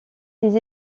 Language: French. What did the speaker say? des